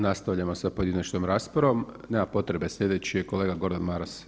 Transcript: Nastavljamo sa pojedinačnom raspravom, nema potrebe slijedeći je kolega Gordan Maras.